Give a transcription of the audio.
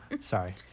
Sorry